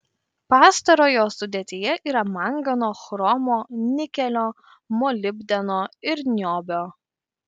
pastarojo sudėtyje yra mangano chromo nikelio molibdeno ir niobio